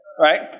Right